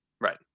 Right